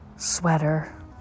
Sweater